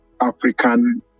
African